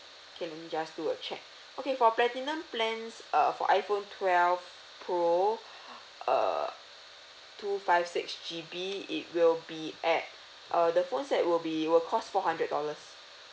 okay let me just do a check okay for platinum plans uh for iphone twelve pro err two five six G_B it will be at uh the phone set will be it will cost four hundred dollars